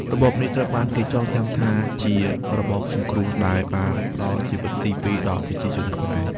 របបនេះត្រូវបានគេចងចាំថាជា "របបសង្គ្រោះ" ដែលបានផ្ដល់ជីវិតទីពីរដល់ប្រជាជនខ្មែរ។